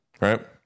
right